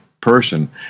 person